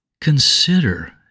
Consider